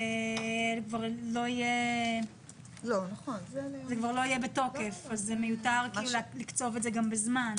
זה כבר לא יהיה בתוקף כך שזה מיותר לקצוב את זה בזמן.